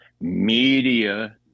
Media